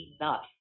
enough